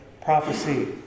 prophecy